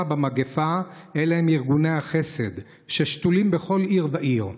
במגפה הם ארגוני החסד ששתולים בכל עיר ועיר.